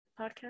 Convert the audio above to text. podcast